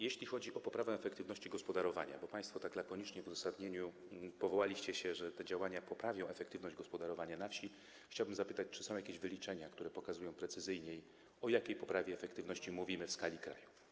Jeśli chodzi o poprawę efektywności gospodarowania, bo państwo tak lakonicznie w uzasadnieniu powołaliście się na to, że te działania poprawią efektywność gospodarowania na wsi, chciałbym zapytać, czy są jakieś wyliczenia, które pokazują precyzyjniej, o jakiej poprawie efektywności mówimy w skali kraju.